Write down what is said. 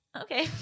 Okay